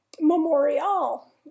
memorial